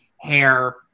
hair